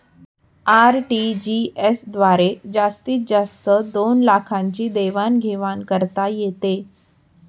RTGS द्वारे जास्तीत जास्त दोन लाखांची देवाण घेवाण करता येते